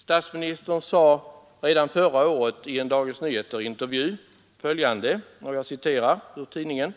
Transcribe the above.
Statsministern sade redan förra året i en intervju i Dagens Nyheter: